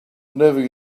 never